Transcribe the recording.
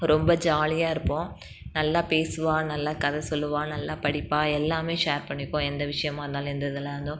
ரொம்ப ஜாலியாக இருப்போம் நல்லா பேசுவாள் நல்லா கதை சொல்லுவாள் நல்லா படிப்பாள் எல்லாம் ஷேர் பண்ணிப்போம் எந்த விஷயமாக இருந்தாலும் எந்த இதுலாம் இருந்தும்